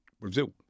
Brazil